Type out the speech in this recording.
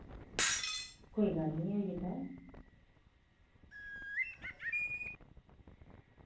कोई गल्ल निं होई जंदा ऐ